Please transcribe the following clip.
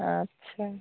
अच्छा